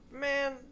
Man